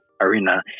arena